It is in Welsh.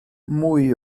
mwy